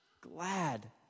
glad